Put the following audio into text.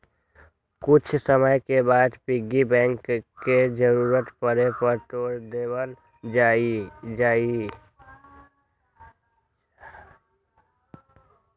कुछ समय के बाद पिग्गी बैंक के जरूरत पड़े पर तोड देवल जाहई